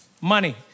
money